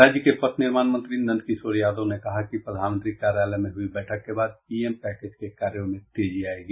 राज्य के पथ निर्माण मंत्री नंदकिशोर यादव ने कहा कि प्रधानमंत्री कार्यालय में हुई बैठक के बाद पीएम पैकेज के कार्यों में तेजी आयेगी